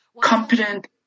competent